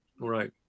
right